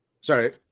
Sorry